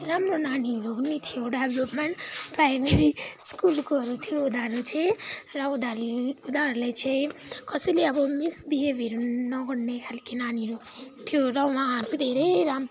राम्रो नानीहरू पनि थियो प्राइमारी स्कुलकोहरू थियो उनीहरू चाहिँ र उनीहरू उनीहरूले चाहिँ कसैले अब मिसबिहेभहरू नगर्ने खालके नानीहरू थियो र उहाँहरू धेरै राम्रो